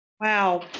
Wow